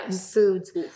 foods